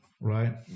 right